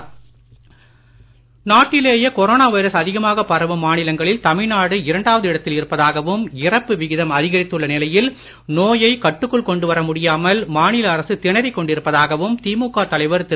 ஸ்டாலின் நாட்டிலேயே corona virus அதிகமாக பரவும் மாநிலங்களில் தமிழ்நாடு இரண்டாவது இடத்தில் இருப்பதாகவும் இறப்பு விகிதம் அதிகரித்துள்ள நிலையில் நோயை கட்டுக்குள் கொண்டுவர முடியாமல் மாநில அரசு திணறிக் கொண்டிருப்பதாகவும் திமுக தலைவர் திரு